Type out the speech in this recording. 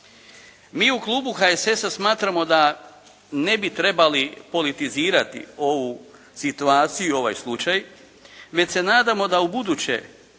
Mi u klubu HSS-a smatramo da ne bi trebali politizirati ovu situaciju, ovaj slučaj, već se nadamo da ubuduće